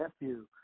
nephew